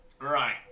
Right